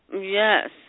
Yes